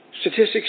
Statistics